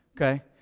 Okay